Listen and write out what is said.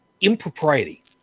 impropriety